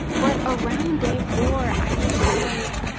but around day four i was just like,